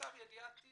למיטב ידיעתי